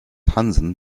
hansen